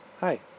hi